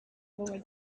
over